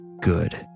Good